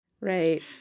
Right